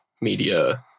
media